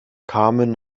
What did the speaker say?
carmen